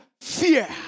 fear